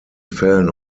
fällen